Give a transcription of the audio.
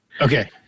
okay